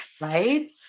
Right